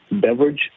beverage